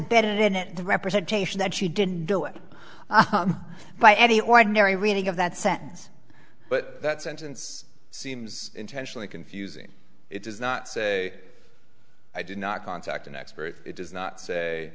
better than at the representation that she didn't do it by any ordinary reading of that sentence but that sentence seems intentionally confusing it does not say i did not contact an expert it does not say